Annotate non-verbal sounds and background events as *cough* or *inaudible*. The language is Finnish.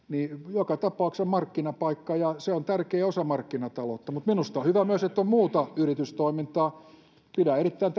joka tapauksessa markkinapaikka ja se on tärkeä osa markkinataloutta mutta minusta on hyvä että on myös muuta yritystoimintaa pidän erittäin *unintelligible*